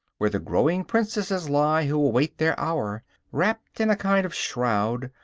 where the growing princesses lie who await their hour wrapped in a kind of shroud,